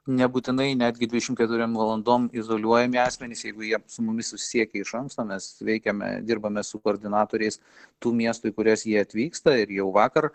nebūtinai netgi dvidešimt keturiom valandom izoliuojami asmenys jeigu jie su mumis susisiekia iš anksto mes veikiame dirbame su koordinatoriais tų miestų į kurias jie atvyksta ir jau vakar